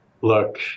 look